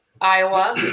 Iowa